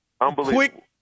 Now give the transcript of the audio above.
Unbelievable